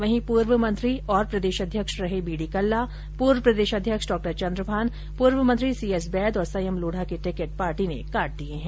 वहीं पूर्व मंत्री और प्रदेशाध्यक्ष रहे बी डी कल्ला पूर्व प्रदेशाध्यक्ष डॉ चन्द्रभान पूर्व मंत्री सी एस बैद और संयम लोढ़ा के टिकिट पार्टी ने काट दिये है